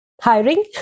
hiring